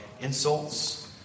insults